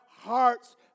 hearts